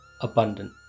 abundant